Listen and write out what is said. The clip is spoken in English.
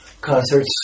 concerts